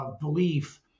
belief